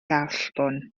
allbwn